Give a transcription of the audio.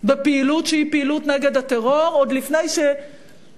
בפעילות שהיא פעילות נגד הטרור עוד לפני שהתחילו,